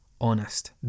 honest